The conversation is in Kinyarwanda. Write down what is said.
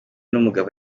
n’umugabo